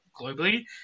globally